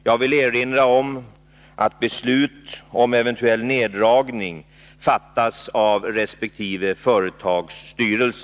Jag vill erinra om att beslut om eventuell neddragning fattas av resp. företags styrelse.